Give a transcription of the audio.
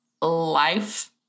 life